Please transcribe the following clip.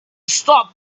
stop